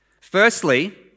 Firstly